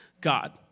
God